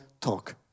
talk